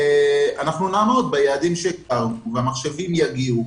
אנחנו נעמוד ביעדים שהגדרנו והמחשבים יגיעו,